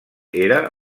era